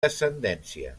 descendència